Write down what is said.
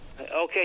Okay